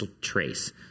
trace